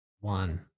one